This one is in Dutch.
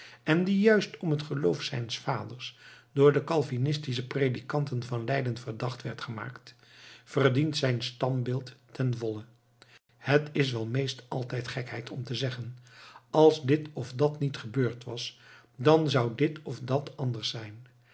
en die juist om het geloof zijns vaders door de calvinistische predikanten van leiden verdacht werd gemaakt verdient zijn standbeeld ten volle het is wel meest altijd gekheid om te zeggen als dit of dat niet gebeurd was dan zou dit of dat anders zijn